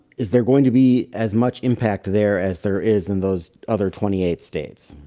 is there going to be as much impact there as there is in those other twenty eight states?